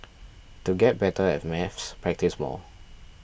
to get better at maths practise more